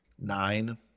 Nine